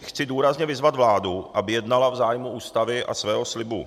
Chci důrazně vyzvat vládu, aby jednala v zájmu Ústavy a svého slibu.